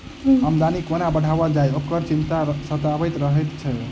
आमदनी कोना बढ़ाओल जाय, एकरो चिंता सतबैत रहैत छै